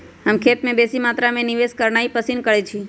हम खेत में बेशी मत्रा में निवेश करनाइ पसिन करइछी